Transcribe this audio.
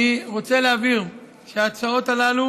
אני רוצה להבהיר שההצעות הללו,